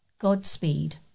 Godspeed